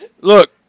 look